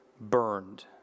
burned